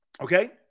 Okay